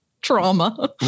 trauma